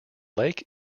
lake